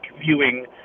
viewing